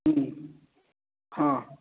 हुँ हँ